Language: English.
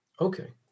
okay